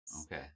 Okay